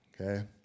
okay